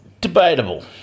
Debatable